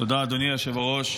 תודה, אדוני היושב-ראש.